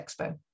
Expo